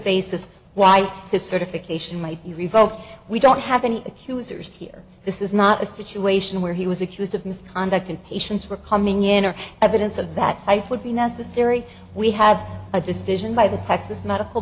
basis why his certification might be revoked we don't have any accusers here this is not a situation where he was accused of misconduct and patients were coming in or evidence of that type would be necessary we had a decision by the texas medical